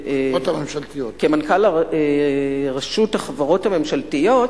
כמנכ"ל רשות החברות הממשלתיות,